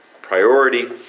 priority